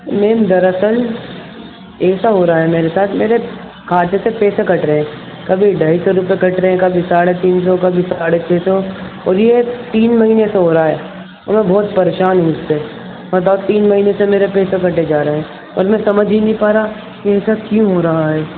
میم دراصل ایسا ہو رہا ہے میرے ساتھ میرے خاتے سے پیسے کٹ رہے ہیں کبھی ڈھائی سو روپئے کٹ رہے ہیں کبھی ساڑھے تین سو کبھی ساڑھے چھ سو اور یہ تین مہینے سے ہو رہا ہے میں بہت پریشان ہوں اس سے بتاؤ تین مہینے سے میرے پیسے کٹے جا رہے ہیں اور میں سمجھ ہی نہیں پا رہا کہ ایسا کیوں ہو رہا ہے